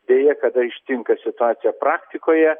deja kada ištinka situacija praktikoje